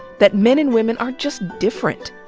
that men and women are just different.